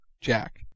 Jack